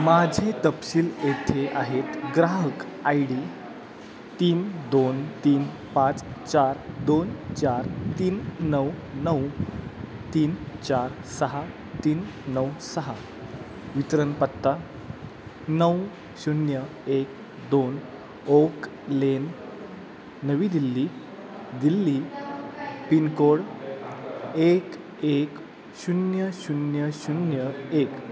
माझे तपशील येथे आहेत ग्राहक आय डी तीन दोन तीन पाच चार दोन चार तीन नऊ नऊ तीन चार सहा तीन नऊ सहा वितरणपत्ता नऊ शून्य एक दोन oak lane Navi Delhi Delhi pin code एक एक शून्य शून्य शून्य एक